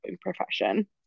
profession